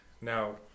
now